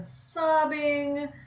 sobbing